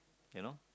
you know